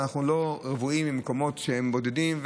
ואנחנו לא רוויים במקומות בודדים,